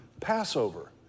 Passover